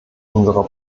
unserer